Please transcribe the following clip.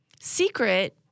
secret